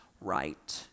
right